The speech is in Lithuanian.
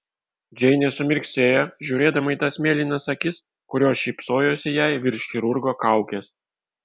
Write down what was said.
džeinė sumirksėjo žiūrėdama į tas mėlynas akis kurios šypsojosi jai virš chirurgo kaukės